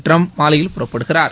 Trump மாலையில் புறப்படுகிறார்